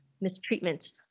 mistreatment